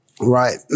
right